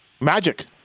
magic